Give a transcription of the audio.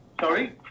Sorry